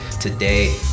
today